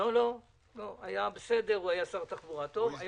לא, היה בסדר, היית שר תחבורה טוב.